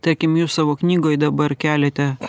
tarkim jūs savo knygoj dabar keliate